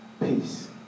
peace